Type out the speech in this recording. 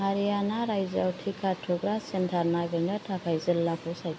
हारियाना रायजोआव टिका थुग्रा सेन्टार नागिरनो थाखाय जिल्लाखौ सायख'